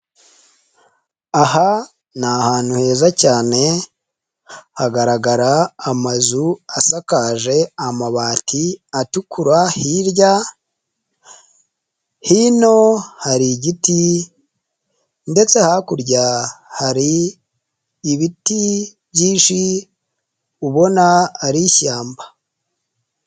Aha ni ahantu heza cyane hagaragara amazu asakaje amabati atukura. Hirya, hino hari igiti ndetse hakurya hari ibiti byinshi ubona ari ishyamba.